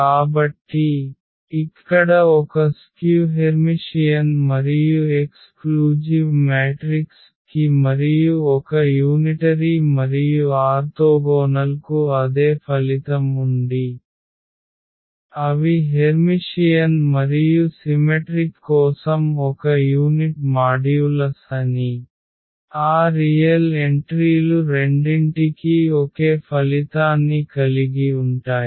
కాబట్టి ఇక్కడ ఒక స్క్యు హెర్మిషియన్ మరియు ఎక్స్క్లూజివ్ మ్యాట్రిక్స్ కి మరియు ఒక యూనిటరీ మరియు ఆర్తోగోనల్ కు అదే ఫలితం ఉండి అవి హెర్మిషియన్ మరియు సిమెట్రిక్ కోసం ఒక యూనిట్ మాడ్యూలస్ అని ఆ రియల్ ఎంట్రీలు రెండింటికీ ఒకే ఫలితాన్ని కలిగి ఉంటాయి